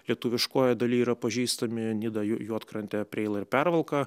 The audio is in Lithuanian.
lietuviškoje dalyje yra pažįstami nidą juodkrantę preilą ir pervalką